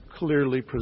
clearly